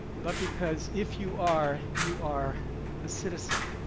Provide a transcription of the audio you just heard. but because if you are, you are a citizen.